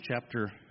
chapter